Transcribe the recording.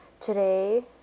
Today